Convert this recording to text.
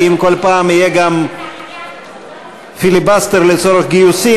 כי אם כל פעם יהיה גם פיליבסטר לצורך גיוסים,